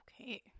Okay